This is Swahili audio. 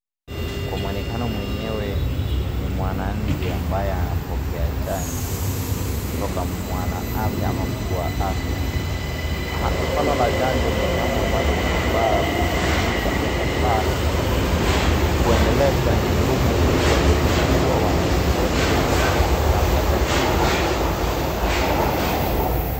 Kwa mwonekano mwenyewe ni mwananchi ambaye anapokea chanjo kutoka mwana afya ama mtu wa afya. Swala la chanjo ni jambo ambalo unafaa kutimizwa ama unafaa kuendelezwa nchini humu ili kuhakikisha kuwa wananchi wote wanapata chanjo na afya nzuri.